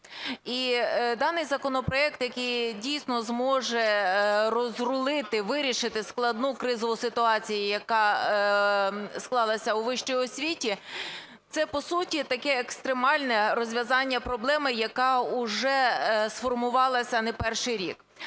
І даний законопроект, який, дійсно, зможе розрулити, вирішити складу кризову ситуацію, яка склалася у вищій освіті, це по суті таке екстремальне розв'язання проблеми, яка уже сформувалася не перший рік.